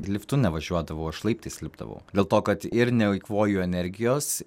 liftu nevažiuodavau aš laiptais lipdavau dėl to kad ir neeikvoju energijos